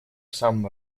самом